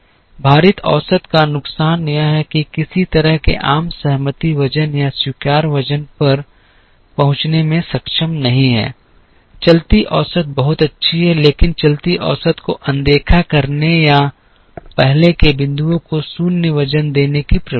भारित औसत का नुकसान यह है कि किसी तरह के आम सहमति वजन या स्वीकार्य वजन पर पहुंचने में सक्षम नहीं है चलती औसत बहुत अच्छी है लेकिन चलती औसत को अनदेखा करने या पहले के बिंदुओं को 0 वजन देने की प्रवृत्ति है